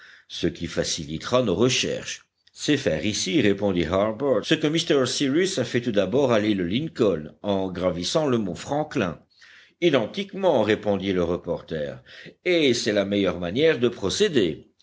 ce qui facilitera nos recherches c'est faire ici répondit harbert ce que m cyrus a fait tout d'abord à l'île lincoln en gravissant le mont franklin identiquement répondit le reporter et c'est la meilleure manière de procéder